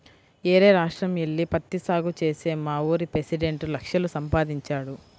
యేరే రాష్ట్రం యెల్లి పత్తి సాగు చేసి మావూరి పెసిడెంట్ లక్షలు సంపాదించాడు